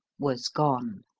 was gone.